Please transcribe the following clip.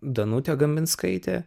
danute gambickaite